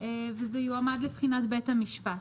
וזה יועמד לבחינת בית המשפט.